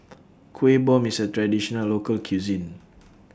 Kuih Bom IS A Traditional Local Cuisine